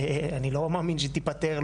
שאני לא מאמין שהיא תיפתר,